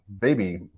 baby